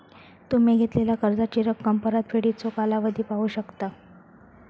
तुम्ही घेतलेला कर्जाची रक्कम, परतफेडीचो कालावधी पाहू शकता